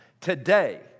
today